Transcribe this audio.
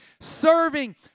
serving